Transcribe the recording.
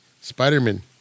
Spider-Man